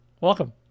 Welcome